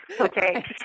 okay